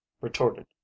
retorted